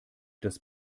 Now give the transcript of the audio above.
das